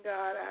God